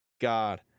God